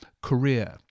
career